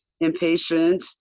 impatient